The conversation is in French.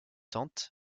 tante